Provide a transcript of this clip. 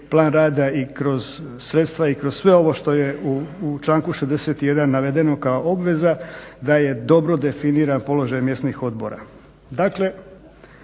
plan rada i kroz sredstva i kroz sve ovo što je u članku 61. navedeno kao obveza da dobro definira položaj mjesnih odbora.